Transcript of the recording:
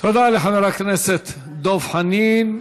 תודה לחבר הכנסת דב חנין.